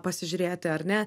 pasižiūrėti ar ne